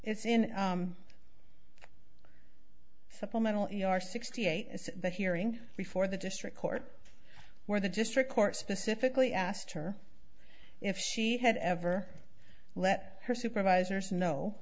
the supplemental you are sixty eight the hearing before the district court where the district court specifically asked her if she had ever let her supervisors know